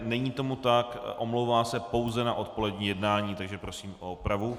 Není tomu tak, omlouvá se pouze na odpolední jednání, takže prosím o opravu.